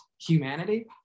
humanity